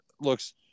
looks